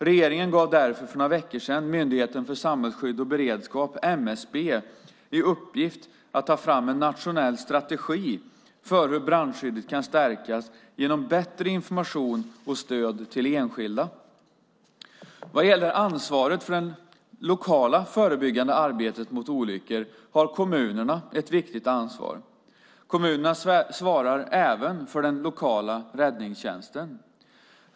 Regeringen gav därför för några veckor sedan Myndigheten för samhällsskydd och beredskap, MSB, i uppgift att ta fram en nationell strategi för hur brandskyddet kan stärkas genom bättre information och stöd till enskilda. Vad gäller ansvaret för det lokala förebyggande arbetet mot olyckor har kommunerna ett viktigt ansvar. Kommunerna svarar även för den lokala räddningstjänsten.